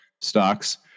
stocks